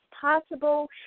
possible